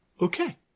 Okay